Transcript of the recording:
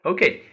Okay